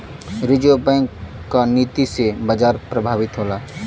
reserve Bank क नीति से बाजार प्रभावित होला